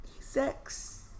sex